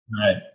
Right